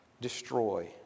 destroy